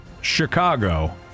Chicago